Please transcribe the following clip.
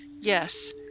Yes